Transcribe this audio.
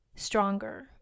stronger